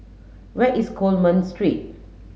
where is Coleman Street